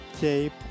tape